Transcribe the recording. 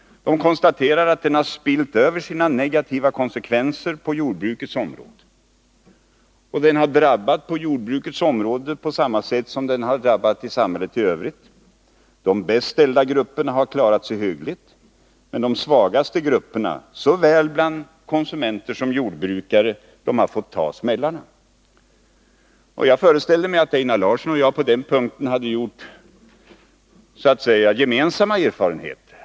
De konstaterar också att den har ”spillt över” sina negativa konsekvenser på jordbrukets område. Den har drabbat detta område på samma sätt som den har drabbat samhället i övrigt: de bäst ställda grupperna har klarat sig hyggligt, och de svagaste grupperna såväl bland konsumenter som bland jordbrukare har fått ta smällarna. Jag föreställde mig att Einar Larsson och jag på den punkten hade gjort gemensamma erfarenheter.